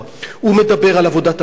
הוא מדבר על עבודת המשטרה,